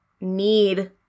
need